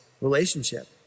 relationship